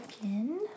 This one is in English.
again